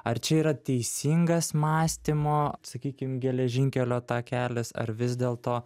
ar čia yra teisingas mąstymo sakykim geležinkelio takelis ar vis dėlto